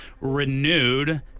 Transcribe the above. renewed